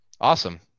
Awesome